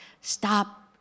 Stop